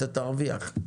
אתה תרוויח.